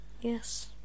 yes